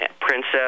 Princess